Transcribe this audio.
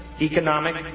economic